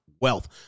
wealth